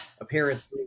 appearance